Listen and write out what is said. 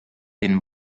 den